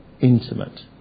intimate